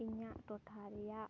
ᱤᱧᱟᱹᱜ ᱴᱚᱴᱷᱟ ᱨᱮᱭᱟᱜ